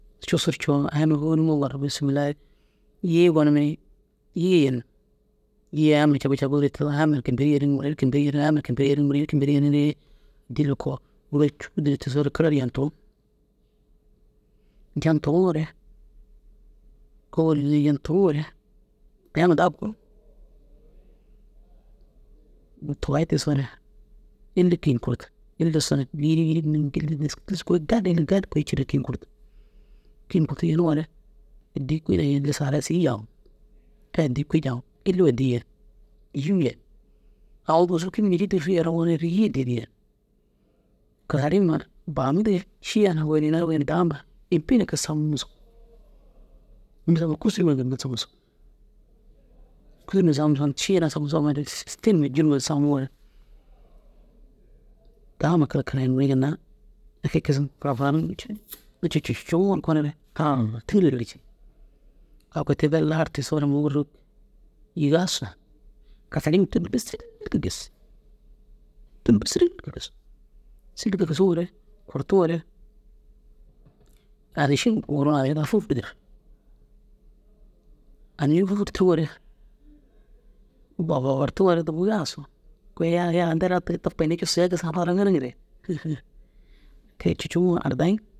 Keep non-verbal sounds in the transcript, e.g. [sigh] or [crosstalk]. Cussur coo na ayama hôoluu aŋwar bisimi allahi yiĩ gonimi ni yiĩ yen yiĩ ayama jabjab re tigisoore ayamar kîmper yeni mire kîmper yeni ayamar kîmper yeni mire kîmper yeniree dilko. Ôwira cûu dir tigisoo re kerer yindu jendore kôoli yendi ore ayama daa buu tuwaĩ tigisoore illi kîin kurtu illi ussu na biyii ni dili ni [unintelligible] kôi ciire kifin kûrtu yeniŋoore addi [unintelligible] yiĩ addiyen kasarima baami dige šiya goyi ina goyi dama îmbi kasamsun mîšil kûsurma samsun ciira samsun tinma julma samuŋoore daama karakara ŋiri ginna a ke kisim farafane [unintelligible] agu kôi teru lar tigisoo na mug ruk yigaa usso kasarima tûllu bêli sîrilke gis tûllu sîrilke gis sîrilke kisiŋore kurtuŋoore aniši gurug na aniši daa fûfurdir anišuu fûfurturuŋore babartuŋoore dûbu yegaa ussu kôi yega yega nterigaa tabka iniya cussuya gisigaa nufadiroo ŋaniŋire? [laughs] tei cucuŋuŋo ardayiŋ